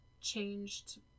changed